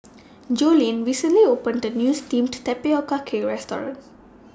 Joline recently opened A New Steamed Tapioca Cake Restaurant